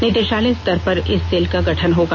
निदेशालय स्तर पर इस सेल का गठन होगा